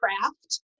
craft